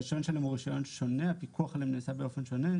הרישיון שלהם הוא רישיון שונה והפיקוח עליהם נעשה באופן שונה.